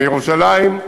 מירושלים,